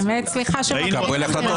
באמת סליחה שמפריעים